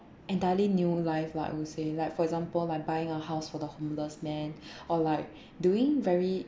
entirely new life lah I would say like for example like buying a house for the homeless man or like doing very